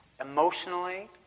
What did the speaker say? emotionally